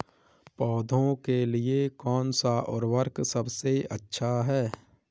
पौधों के लिए कौन सा उर्वरक सबसे अच्छा है?